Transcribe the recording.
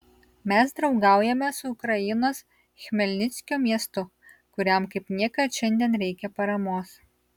mes draugaujame su ukrainos chmelnickio miestu kuriam kaip niekad šiandien reikia paramos